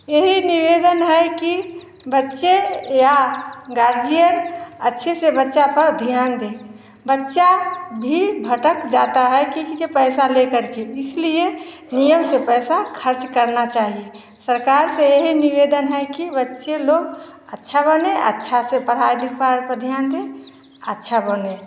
यही निवेदन है कि बच्चे या गार्जियन अच्छे से बच्चा पर ध्यान दें बच्चा भी भटक जाता है गिन के पैसा लेकर के इसलिए नियम से पैसा खर्च करना चाहिए सरकार से यही निवेदन है कि बच्चे लोग अच्छा बने अच्छा से पढ़ाई लिखाई पर ध्यान दें अच्छा बने